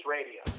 Radio